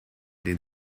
den